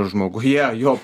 žmoguje jo